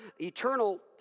eternal